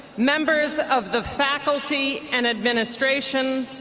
members of the faculty and administration,